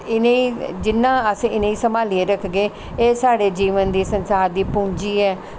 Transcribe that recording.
इ'नेंगी जिन्ना अस इ'नेंगी संभालियै रखगे एह् साढ़े जीवन दी संसार दी पूंजी ऐ